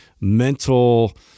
mental